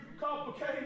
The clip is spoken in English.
complicated